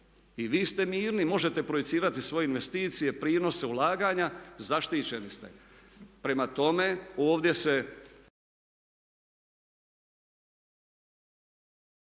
I vi ste mirni, možete projicirati svoje investicije, prinose, ulaganja zaštićeni ste. Prema tome, ovdje se